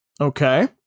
Okay